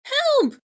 help